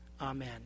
Amen